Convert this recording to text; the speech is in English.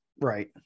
right